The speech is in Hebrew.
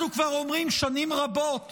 אנחנו כבר אומרים שנים רבות